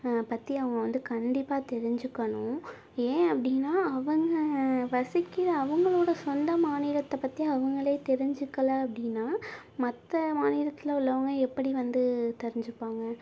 பற்றி அவங்க வந்து கண்டிப்பாக தெரிஞ்சுக்கணும் ஏன் அப்படினா அவங்க வசிக்கிற அவங்களோட சொந்த மாநிலத்தை பற்றி அவுங்களே தெரிஞ்சுக்கலை அப்படினா மற்ற மாநிலத்தில் உள்ளவங்க எப்படி வந்து தெரிஞ்சுப்பாங்க